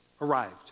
arrived